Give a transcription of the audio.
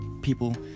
people